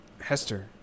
Hester